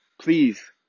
Please